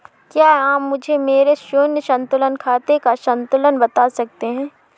क्या आप मुझे मेरे शून्य संतुलन खाते का संतुलन बता सकते हैं?